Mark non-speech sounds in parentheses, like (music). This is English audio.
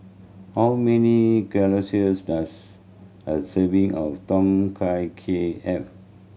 how many (unintelligible) does a serving of Tom Kha Kai have